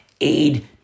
aid